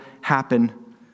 happen